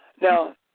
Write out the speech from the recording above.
Now